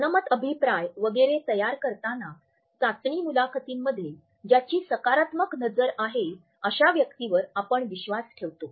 जनमत अभिप्राय वगैरे तयार करताना चाचणी मुलाखतींमध्ये ज्याची सकारात्मक नजर आहे अशा व्यक्तीवर आपण विश्वास ठेवतो